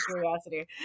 curiosity